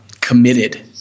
committed